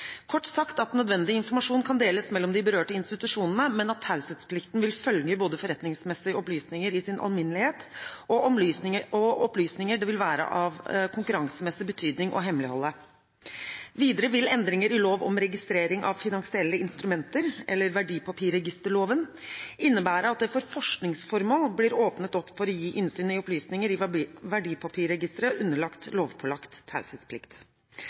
kort sagt at nødvendig informasjon kan deles mellom de berørte institusjonene, men at taushetsplikten vil følge både forretningsmessige opplysninger i sin alminnelighet og opplysninger det vil være av konkurransemessig betydning å hemmeligholde. Videre vil endringer i lov om registrering av finansielle instrumenter – verdipapirregisterloven – innebære at det for forskningsformål blir åpnet opp for å gi innsyn i opplysninger i verdipapirregistre underlagt lovpålagt taushetsplikt.